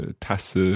Tasse